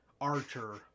Archer